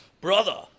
Brother